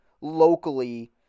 locally